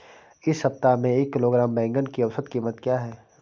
इस सप्ताह में एक किलोग्राम बैंगन की औसत क़ीमत क्या है?